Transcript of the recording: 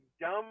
dumb